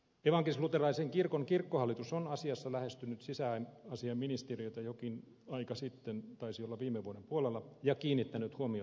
evankelisluterilaisen kirkon kirkkohallitus on asiassa lähestynyt sisäasiainministeriötä jokin aika sitten taisi olla viime vuoden puolella ja kiinnittänyt huomiota asiaan